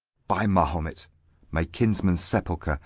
by mahomet my kinsman's sepulchre,